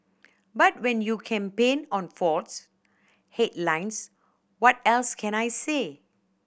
but when you campaign on faults headlines what else can I say